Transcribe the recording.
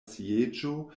sieĝo